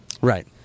Right